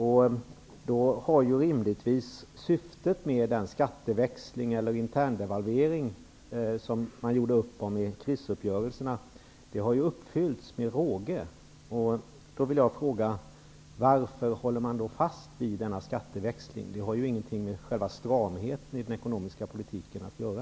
Därigenom har rimligtvis syftet med den skatteväxling eller interndevalvering som man beslutade om vid krisuppgörelserna uppfyllts med råge. Varför man håller fast vid denna skatteväxling? Denna har ju ingenting med själva stramheten i den ekonomiska politiken att göra.